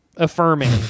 Affirming